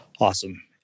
Awesome